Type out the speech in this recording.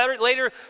later